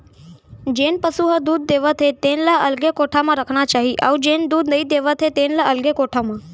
जेन पसु ह दूद देवत हे तेन ल अलगे कोठा म रखना चाही अउ जेन दूद नइ देवत हे तेन ल अलगे कोठा म